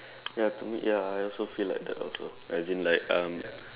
ya to me ya I also feel like that also as in like um